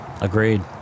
Agreed